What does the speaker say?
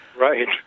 Right